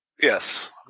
Yes